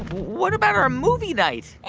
what about our movie night?